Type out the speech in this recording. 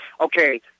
Okay